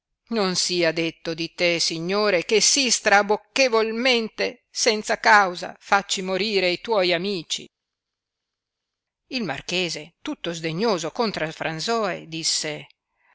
non sia detto di te signore che sì strabocchevolmente senza causa facci morire i tuoi amici il marchese tutto sdegnoso centra fransoe disse